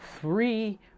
three